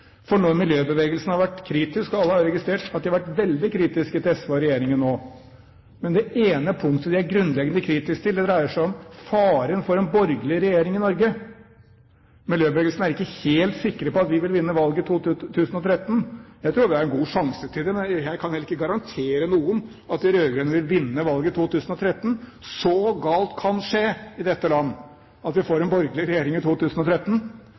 Miljøbevegelsen har vært kritisk – alle har jo registrert at de har vært veldig kritiske til SV og regjeringen nå – og det ene punktet de er grunnleggende kritisk til, dreier seg om faren for en borgerlig regjering i Norge. Miljøbevegelsen er ikke helt sikre på at vi vil vinne valget i 2013. Jeg tror vi har en god sjanse til det, men jeg kan heller ikke garantere noen at de rød-grønne vil vinne valget i 2013. Så galt kan skje i dette landet at vi får en borgerlig regjering i 2013,